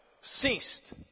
ceased